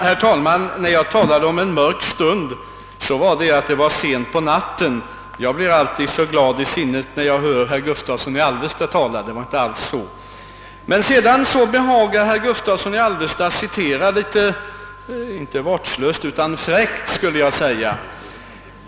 Herr talman! När jag talade om en mörk stund avsåg jag att det var sent på natten, inte herr Gustavssons i Alvesta anförande, Jag blir alltid så glad när jag hör honom tala. Han behagade citera mig, inte vårdslöst utan rentav fräckt.